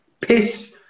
piss